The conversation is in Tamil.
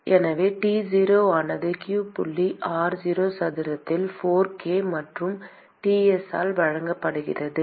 எனவே T0 ஆனது q புள்ளி r0 சதுரத்தால் 4 k மற்றும் Ts ஆல் வழங்கப்படுகிறது